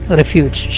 refuge